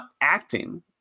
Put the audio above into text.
acting